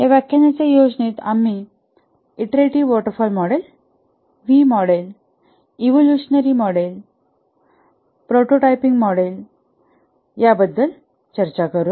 या व्याख्यानाच्या योजनेत आम्ही iterative waterfall model V model evolutionary model prototyping model याबद्दल चर्चा करू